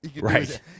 Right